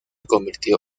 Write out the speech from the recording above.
convirtió